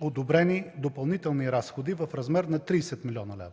одобрени допълнителни разходи в размер на 30 млн. лв.